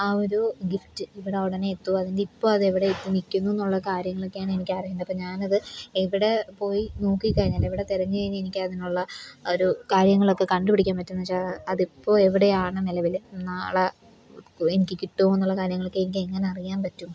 ആ ഒരു ഗിഫ്റ്റ് ഇവിടെ ഉടനെ എത്തുമോ അതിൻ്റെ ഇപ്പം അതെവിടെ എത്തി നിൽക്കുന്നൂന്നുള്ള കാര്യങ്ങളൊക്കെയാണ് എനിക്കറിയേണ്ടത് അപ്പം ഞാനത് എവിടെ പോയി നോക്കി കഴിഞ്ഞാലും എവിടെ തിരഞ്ഞ് കഴിഞ്ഞ് എനിക്കതിനുള്ള ഒരു കാര്യങ്ങളൊക്കെ കണ്ട് പിടിക്കാൻ പറ്റുന്നു വെച്ചാൽ അതിപ്പോൾ എവിടെയാണ് നിലവിൽ നാളെ എനിക്ക് കിട്ടുമോന്നുള്ള കാര്യങ്ങളൊക്കെ എനിക്കെങ്ങനെ അറിയാൻ പറ്റും